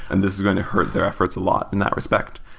and this is going to hurt their efforts a lot in that respect,